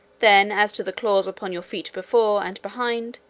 then as to the claws upon your feet before and behind,